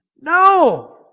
No